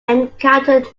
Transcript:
encountered